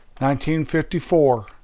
1954